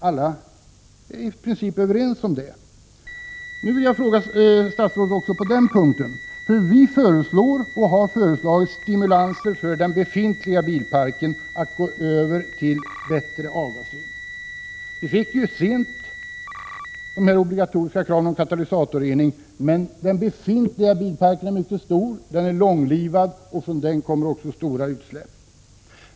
Alla är i princip överens om detta. Jag vill ställa en del frågor till statsrådet också på den punkten. Vi har föreslagit stimulanser för att få över den befintliga bilparken till bättre avgasrening. Vi fick sent kraven på obligatorisk katalysatorrening, men den befintliga bilparken är mycket stor och långlivad och från den kommer stora utsläpp.